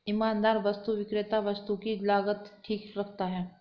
ईमानदार वस्तु विक्रेता वस्तु की लागत ठीक रखता है